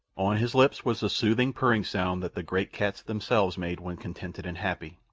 on his lips was the soothing, purring sound that the great cats themselves made when contented and happy.